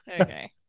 okay